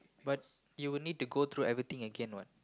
but you would need to go through everything again what